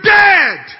dead